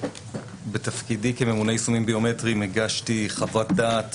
בתפקידי כממונה יישומים ביומטריים הגשתי חוות דעת